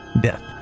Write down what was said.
Death